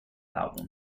album